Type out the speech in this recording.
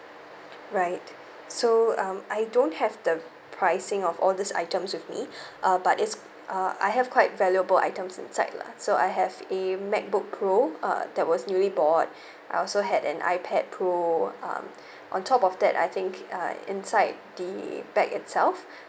right so um I don't have the pricing of all these items with me uh but it's uh I have quite valuable items inside lah so I have a macbook pro uh that was newly bought I also had an ipad pro um on top of that I think uh inside the bag itself